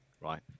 right